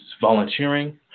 volunteering